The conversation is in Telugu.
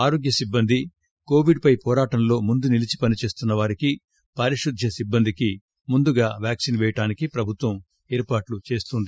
ఆరోగ్య సిబ్బంది కోవిడ్ పై పోరాటంలో ముందు నిలచి పనిచేస్తున్న వారికి పారిశుద్య సిబ్బందికి ముందుగా వ్యాక్పిన్ పేయడానికి ప్రభుత్వం ఏర్పాట్లు చేస్తుంది